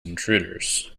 intruders